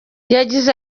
yagize